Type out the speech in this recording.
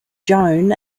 joan